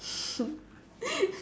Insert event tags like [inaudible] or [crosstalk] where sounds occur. [laughs]